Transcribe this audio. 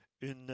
une